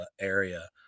area